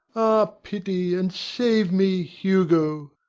ah, pity, and save me, hugo!